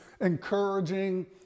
encouraging